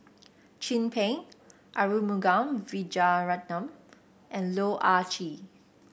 Chin Peng Arumugam Vijiaratnam and Loh Ah Chee